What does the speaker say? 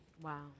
Wow